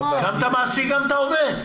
גם את המעסיק, גם את העובד.